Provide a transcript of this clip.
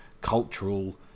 cultural